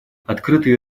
открытые